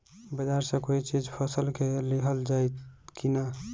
बाजार से कोई चीज फसल के लिहल जाई किना?